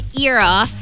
era